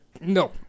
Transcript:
No